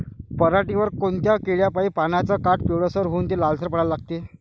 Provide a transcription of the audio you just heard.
पऱ्हाटीवर कोनत्या किड्यापाई पानाचे काठं पिवळसर होऊन ते लालसर पडाले लागते?